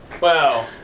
Wow